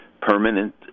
permanent